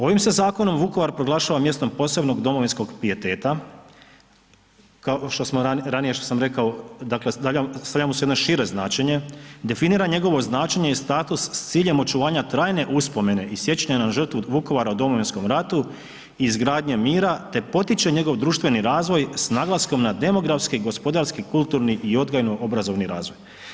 Ovim se zakonom Vukovar se proglašava mjestom posebnog domovinskog pijeteta“ što sam ranije rekao stavlja mu je jedno šire značenje „definira njegovo značenje i status s ciljem očuvanja trajne uspomene i sjećanja na žrtvu Vukovara u Domovinskom ratu i izgradnje mira te potiče njegov društveni razvoj s naglaskom na demografski, gospodarski, kulturni i odgojno obrazovni razvoj“